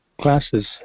classes